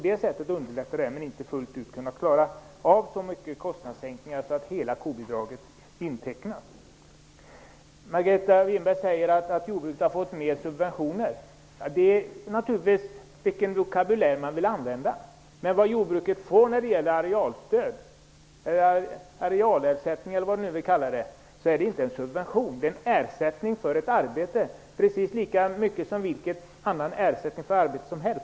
Men vi har inte fullt ut kunnat klara av så mycket kostnadssänkningar att hela kobidraget kan intecknas. Margareta Winberg säger att jordbruket har fått mer subventioner. Det handlar naturligtvis om vilken vokabulär man vill använda. Den arealersättning, eller vad man nu vill kalla den, som jordbruket får är inte en subvention. Det är en ersättning för ett arbete, precis som vilken annan ersättning för arbete som helst.